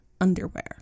underwear